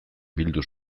bildu